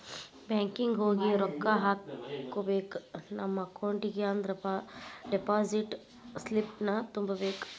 banking ಹೋಗಿ ರೊಕ್ಕ ಹಾಕ್ಕೋಬೇಕ್ ನಮ ಅಕೌಂಟಿಗಿ ಅಂದ್ರ ಡೆಪಾಸಿಟ್ ಸ್ಲಿಪ್ನ ತುಂಬಬೇಕ್